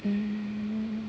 hmm